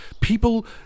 people